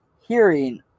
hearing